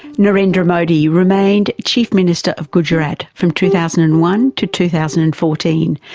narendra modi remained chief minister of gujarat from two thousand and one to two thousand and fourteen,